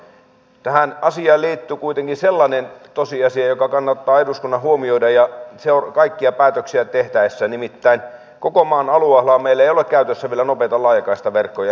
tähän asiaan liittyy kuitenkin sellainen tosiasia joka kannattaa eduskunnan huomioida kaikkia päätöksiä tehtäessä nimittäin koko maan alueellahan meillä ei ole käytössä vielä nopeita laajakaistaverkkoja